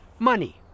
Money